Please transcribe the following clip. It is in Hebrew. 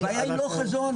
הבעיה היא לא חזון.